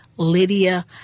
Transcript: Lydia